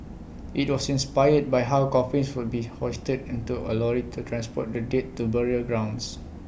IT was inspired by how coffins would be hoisted into A lorry to transport the dead to burial grounds